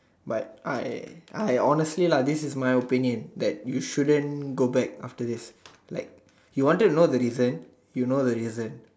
but I I honestly lah this is my opinion that you shouldn't go back after this like you wanted to know the reason you know the reason